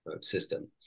system